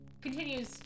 continues